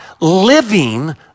living